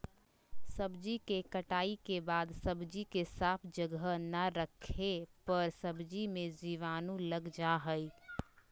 सब्जी के कटाई के बाद सब्जी के साफ जगह ना रखे पर सब्जी मे जीवाणु लग जा हय